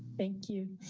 thank you.